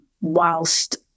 whilst